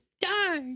die